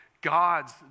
God's